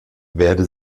werde